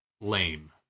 Lame